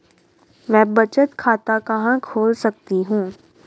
मैं बचत खाता कहां खोल सकती हूँ?